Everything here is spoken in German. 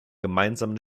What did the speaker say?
gemeinsamen